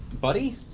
Buddy